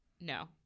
no